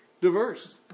diverse